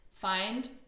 find